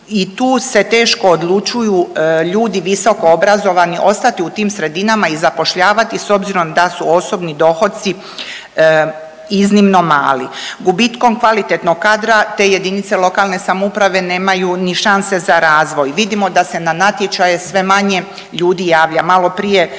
i tu se teško odlučuju ljudi visokoobrazovani ostati u tim sredinama i zapošljavati s obzirom da su osobni dohodci iznimno mali. Gubitkom kvalitetnog kadra te jedinice lokalne samouprave nemaju ni šanse za razvoj. Vidimo da se na natječaje sve manje ljudi javlja. Maloprije